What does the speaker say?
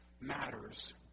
matters